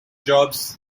jobs